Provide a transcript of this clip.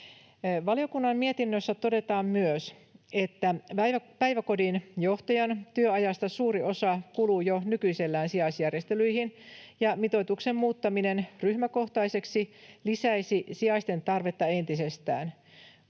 Valiokunnan mietinnössä todetaan myös, että päiväkodin johtajan työajasta suuri osa kuluu jo nykyisellään sijaisjärjestelyihin ja mitoituksen muuttaminen ryhmäkohtaiseksi lisäisi sijaisten tarvetta entisestään.